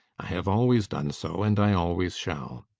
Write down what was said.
i have always done so and i always shall.